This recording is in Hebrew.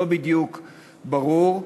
לא בדיוק ברור,